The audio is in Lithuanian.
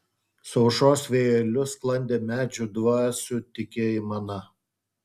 su aušros vėjeliu sklandė medžių dvasių tyki aimana